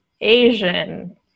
Asian